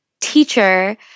teacher